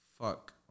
fuck